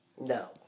No